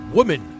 Woman